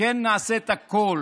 וכן נעשה את הכול.